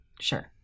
Sure